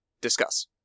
discuss